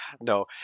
No